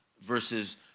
versus